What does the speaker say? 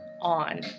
on